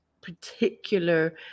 particular